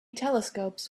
telescopes